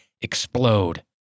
explode